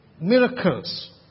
miracles